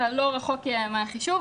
אתה לא רחוק מהחישוב,